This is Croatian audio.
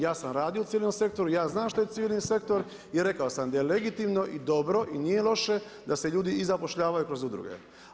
Ja sam radio u civilnom sektoru, ja znam što je civilni sektor i rekao sam da je legitimno i dobro i nije loše da se ljudi i zapošljavaju kroz udruge.